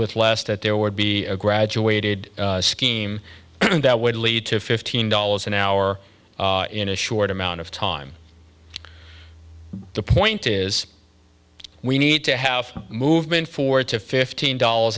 with less that there would be a graduated scheme that would lead to fifteen dollars an hour in a short amount of time the point is we need to have movement for it to fifteen dollars